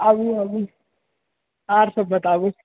आबू आबू आरसभ बताबु